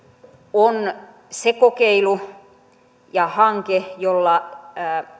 on se kokeilu ja hanke jolla